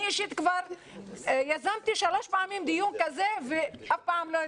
אני אישית כבר יזמתי שלוש פעמים דיון כזה ואף פעם זה לא